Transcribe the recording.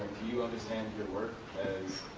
you understand your work as